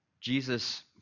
Jesus